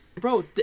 Bro